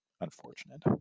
unfortunate